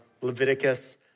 Leviticus